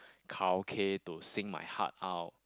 karaoke to sing my heart out